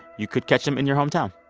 you could catch him in your hometown.